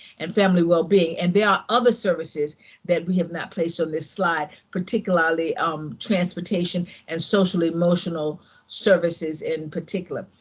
and family well-being. and there are other services that we have not placed on this slide, particularly um transportation and social-emotional services in particular.